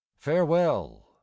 Farewell